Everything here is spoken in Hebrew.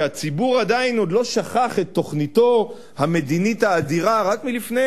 שהציבור עדיין לא שכח את תוכניתו המדינית האדירה רק מלפני,